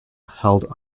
held